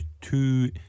two